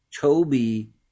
Toby